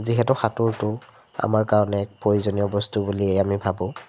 যিহেতু সাঁতোৰটো আমাৰ কাৰণে এক প্ৰয়োজনীয় বস্তু বুলিয়েই আমি ভাবোঁ